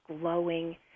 glowing